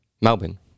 Melbourne